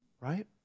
Right